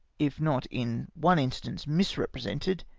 if not in one instance misrepresented,